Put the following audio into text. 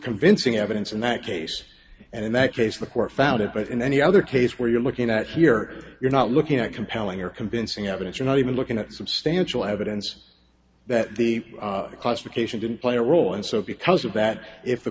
convincing evidence in that case and in that case the court found it but in any other case where you're looking at here you're not looking at compelling or convincing evidence you're not even looking at substantial evidence that the classification didn't play a role and so because of that if the